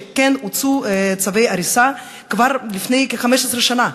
שכן הוצאו צווי הריסה לפני כ-15 שנה.